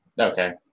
Okay